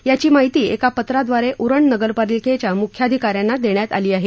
याची माहिती एका पत्राद्वारे उरण नगरपालिकेच्या मुख्याधिकाऱ्यांना देण्यात आली आहे